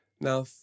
Now